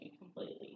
completely